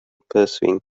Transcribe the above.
pursuing